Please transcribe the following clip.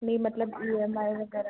नहीं मतलब E M I वगैरह